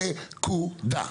נקודה.